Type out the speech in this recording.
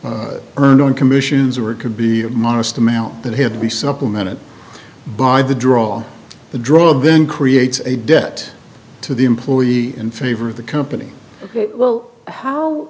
earned on commissions or it could be a modest amount that had to be supplemented by the draw the draw then creates a debt to the employee in favor of the company well how